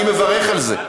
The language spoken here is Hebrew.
אני מברך על זה.